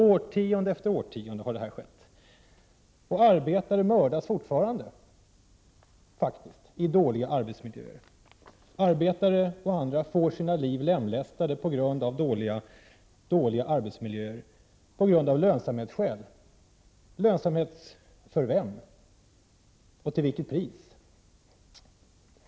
Årtionde efter årtionde har det här skett. Arbetare mördas faktiskt fortfarande i dåliga arbetsmiljöer. Arbetare och andra får av lönsamhetsskäl sina liv förstörda till följd av dåliga arbetsmiljöer. Lönsamhet för vem och till vilket pris?